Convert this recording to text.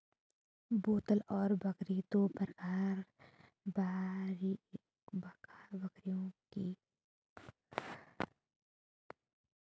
बेताल और बरबरी दो प्रकार के बकरियों की नस्ल है मास्टर जी